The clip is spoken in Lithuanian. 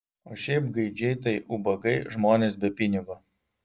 o šiaip gaidžiai tai ubagai žmonės be pinigo